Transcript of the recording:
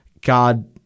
God